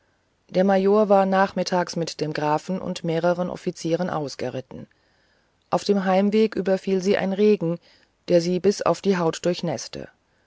der major war nachmittags mit dem grafen und mehreren offizieren ausgeritten auf dem heimweg überfiel sie ein regen der sie bis auf die haut